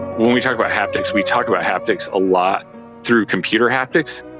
when we talk about haptics, we talk about haptics a lot through computer haptics,